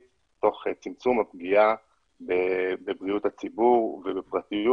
תוך צמצום הפגיעה בבריאות הציבור ובפרטיות.